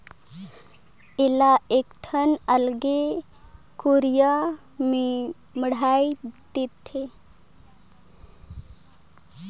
एला एकठन अलगे कुरिया में मढ़ाए देथे